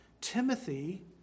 Timothy